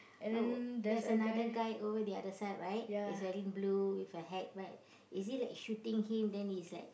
oh there's another guy over the other side right he's wearing blue with a hat right is he like shooting him then he's like